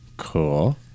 cool